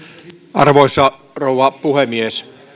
arvoisa rouva puhemies